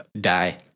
die